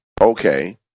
okay